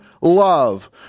love